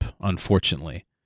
unfortunately